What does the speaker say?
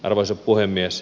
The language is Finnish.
arvoisa puhemies